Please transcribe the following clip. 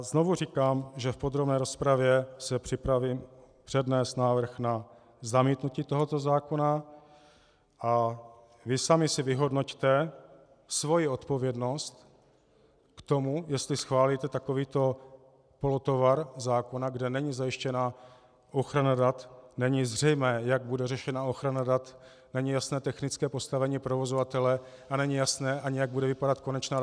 Znovu říkám, že v podrobné rozpravě se připravím přednést návrh na zamítnutí tohoto zákona, a vy sami si vyhodnoťte svoji odpovědnost k tomu, jestli schválíte takovýto polotovar zákona, kde není zajištěna ochrana dat, není zřejmé, jak bude řešena ochrana dat, není jasné technické postavení provozovatele a není jasné, jak bude vypadat konečná databáze.